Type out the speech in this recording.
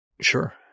Sure